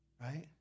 Right